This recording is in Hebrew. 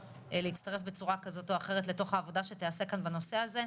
להצטרף בצורה כזאת או אחרת לתוך העבודה שתיעשה כאן בנושא הזה.